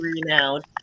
renowned